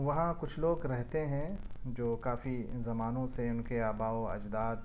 وہاں کچھ لوگ رہتے ہیں جو کافی زمانوں سے ان کے آبا و اجداد